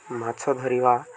ମାଛ ଧରିବା